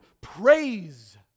praise